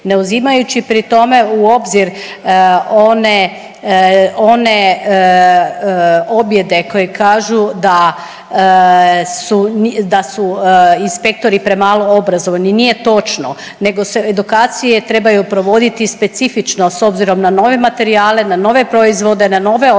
ne uzimajući pri tome u obzir one, one objede koji kažu da su, da su inspektori premalo obrazovani. Nije točno nego se edukacije trebaju provoditi specifično s obzirom na nove materijale, na nove proizvode, na nove otrove